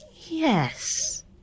Yes